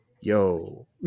Yo